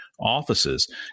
offices